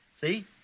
See